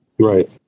Right